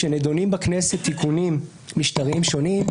כשנידונים בכנסת תיקונים משטריים שונים,